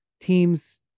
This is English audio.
teams